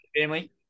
family